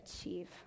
achieve